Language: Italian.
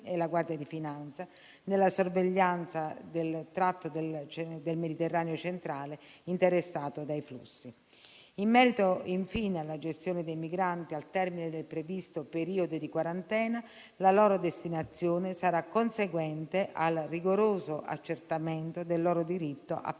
e la Guardia di finanza, nella sorveglianza del tratto del Mediterraneo centrale interessato dai flussi. In merito, infine, alla gestione dei migranti al termine del previsto periodo di quarantena, la loro destinazione sarà conseguente al rigoroso accertamento del loro diritto a